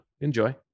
enjoy